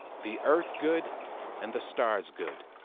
the earth good and the stars good,